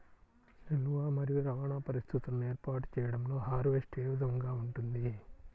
నిల్వ మరియు రవాణా పరిస్థితులను ఏర్పాటు చేయడంలో హార్వెస్ట్ ఏ విధముగా ఉంటుంది?